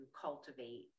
cultivate